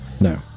No